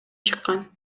чыккан